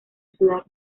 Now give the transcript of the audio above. ciudad